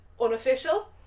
unofficial